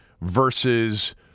versus